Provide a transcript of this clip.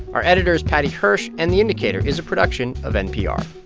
our editor is paddy hirsch, and the indicator is a production of npr